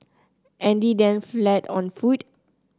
Andy then fled on foot